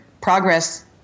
progress